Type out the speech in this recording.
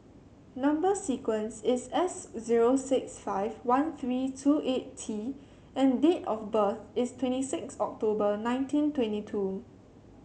number sequence is S zero six five one three two eight T and date of birth is twenty six October nineteen twenty two